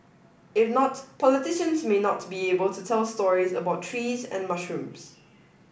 if not politicians may not be able to tell stories about trees and mushrooms